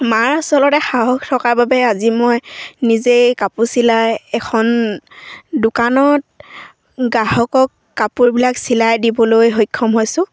মাৰ আচলতে সাহস থকাৰ বাবে আজি মই নিজেই কাপোৰ চিলাই এখন দোকানত গ্ৰাহকক কাপোৰবিলাক চিলাই দিবলৈ সক্ষম হৈছোঁ